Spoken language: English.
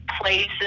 places